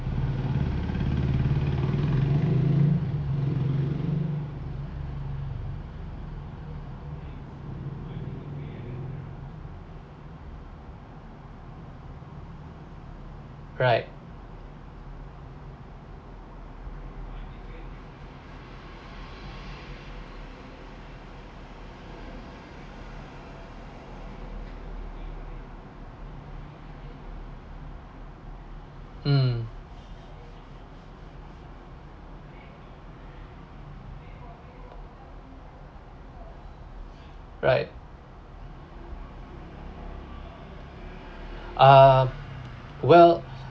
right mm right uh well